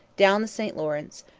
down the st lawrence,